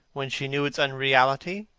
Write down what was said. when she knew its unreality,